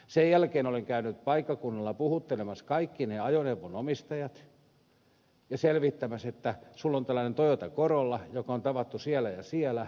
sen jälkeen olen käynyt paikkakunnalla puhuttelemassa kaikki ne ajoneuvon omistajat ja selvittämässä että sinulla on tällainen toyota corolla joka on tavattu siellä ja siellä